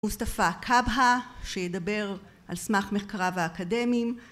מוסטפא קבאה שידבר על סמך מחקריו האקדמיים